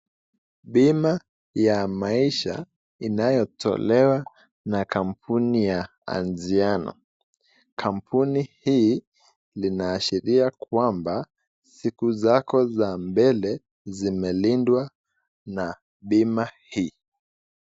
Bima ya maisha inayotolewa na kambuni ya Anziano, kambuni hii lina ashiria kwamba siku zako za mbele zimelindwa na bima hii.